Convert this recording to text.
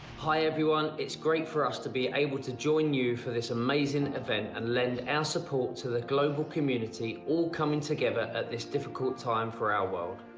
hi, everyone. it's great for us to be able to join you for this amazing event and lend our support to the global community, all coming together at this difficult time for our world.